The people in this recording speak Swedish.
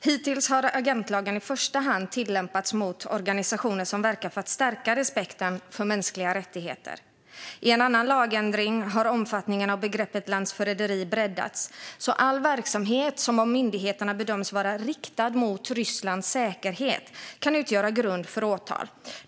Hittills har agentlagen i första hand tillämpats mot organisationer som verkar för att stärka respekten för mänskliga rättigheter. I en annan lagändring har omfattningen av begreppet "landsförräderi" breddats. All verksamhet som av myndigheterna bedöms vara riktad mot Rysslands säkerhet kan utgöra grund för åtal.